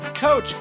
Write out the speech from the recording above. coach